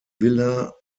villa